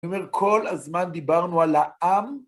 אני אומר כל הזמן דיברנו על העם.